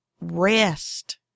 Rest